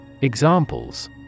Examples